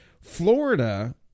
Florida